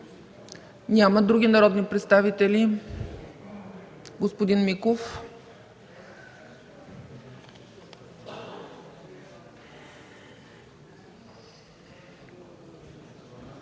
Няма. Други народни представители? Господин Димо